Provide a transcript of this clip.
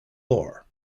lore